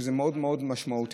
שזה מאוד מאוד משמעותי.